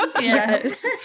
Yes